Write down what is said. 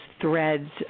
threads